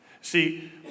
See